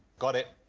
got it.